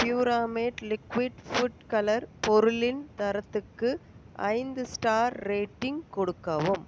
பியூராமேட் liquid food colour பொருளின் தரத்துக்கு ஐந்து ஸ்டார் ரேட்டிங் கொடுக்கவும்